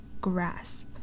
grasp